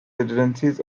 residences